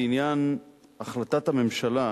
לעניין החלטת הממשלה,